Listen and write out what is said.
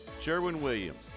Sherwin-Williams